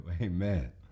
amen